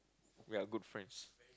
ya good friends